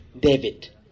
David